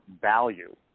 value